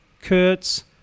Kurtz